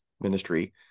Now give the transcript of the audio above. ministry